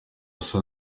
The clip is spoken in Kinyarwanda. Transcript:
hasi